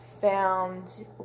found